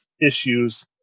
issues